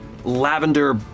lavender